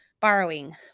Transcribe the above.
borrowing